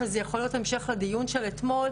שזה יכול להיות המשך לדיון של אתמול.